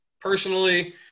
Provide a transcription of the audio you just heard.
personally